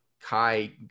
Kai